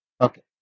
Okay